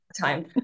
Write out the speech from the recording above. time